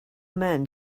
men